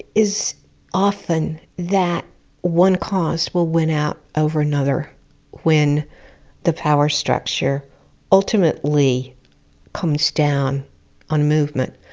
is often that one cause will win out over another when the power structure ultimately comes down on movement.